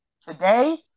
today